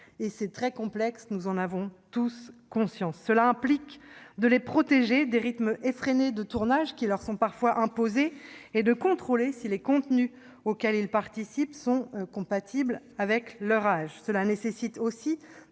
est très complexe, nous en avons tous conscience. Cela implique de les protéger des rythmes effrénés de tournage qui leur sont parfois imposés et de contrôler si les contenus dans lesquels ils figurent sont compatibles avec leur âge. Cela nécessite aussi